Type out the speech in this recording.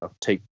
take